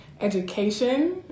education